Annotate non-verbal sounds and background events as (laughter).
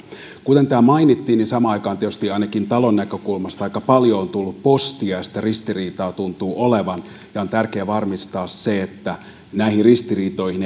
kuten täällä mainittiin samaan aikaan tietysti ainakin talon näkökulmasta aika paljon on tullut postia ja sitä ristiriitaa tuntuu olevan ja on tärkeä varmistaa se että näihin ristiriitoihin (unintelligible)